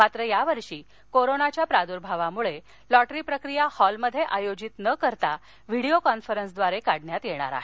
मात्र यावर्षी कोरोनाच्या प्रादूर्भावामुळे लॉटरी प्रक्रिया हॉलमध्ये आयोजित न करता व्हिडिओ कॉन्फरन्सद्वारे काढण्यात येणार आहे